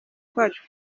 kwacu